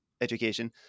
Education